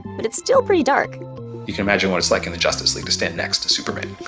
but it's still pretty dark you can imagine what it's like in the justice league to stand next to superman.